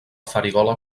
farigola